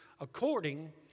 according